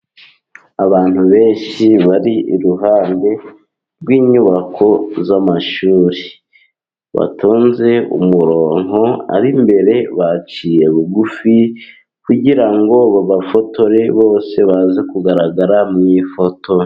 Abantu benshi bari iruhande rw'inyubako z'amashuri, batonze umurongo ab'imbere baciye bugufi, kugira ngo babafotore bose baze kugaragara mu ifoto.